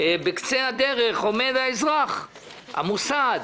בקצה הדרך עומד האזרח, המוסד,